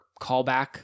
callback